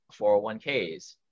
401ks